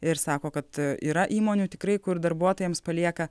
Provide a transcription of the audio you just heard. ir sako kad yra įmonių tikrai kur darbuotojams palieka